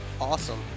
awesome